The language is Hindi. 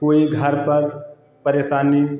कोई घर पर परेशानी